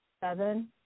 seven